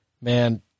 Man